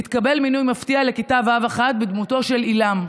התקבל מינוי מפתיע לכיתה ו'1 בדמותו של עילם,